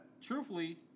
truthfully